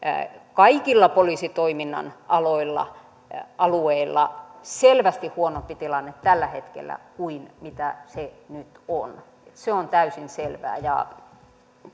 kaikilla poliisitoiminnan alueilla alueilla selvästi huonompi tilanne tällä hetkellä kuin mitä se nyt on se on täysin selvää